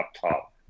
top